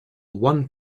one